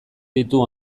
ditu